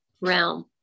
realm